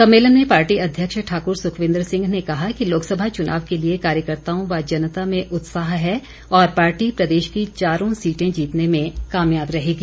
सम्मेलन में पार्टी अध्यक्ष ठाकुर सुखविन्दर सिंह ने कहा कि लोकसभा चुनाव के लिए कार्यकर्ताओं व जनता में उत्साह है और पार्टी प्रदेश की चारों सीटें जीतने में कामयाब रहेगी